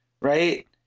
right